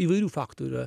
įvairių faktų yra